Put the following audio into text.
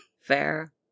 Fair